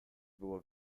było